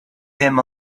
him